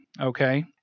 okay